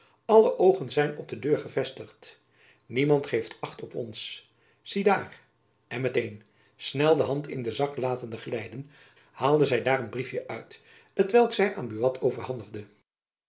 alle oogen zijn op de deur gevestigd niemand geeft acht op ons zie daar en met-een snel de hand in den zak latende glijden haalde zy daar een briefjen uit t welk zy aan buat overhandigde